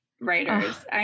writers